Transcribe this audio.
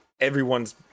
everyone's